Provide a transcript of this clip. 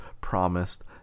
promised